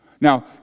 now